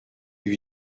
lui